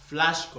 Flash